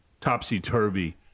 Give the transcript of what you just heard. topsy-turvy